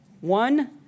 One